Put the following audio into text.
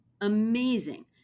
Amazing